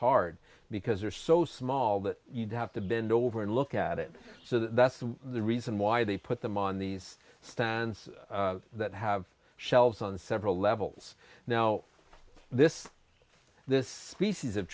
hard because they're so small that you'd have to bend over and look at it so that's the reason why they put them on these stands that have shelves on several levels now this this species of